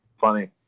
funny